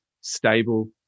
stable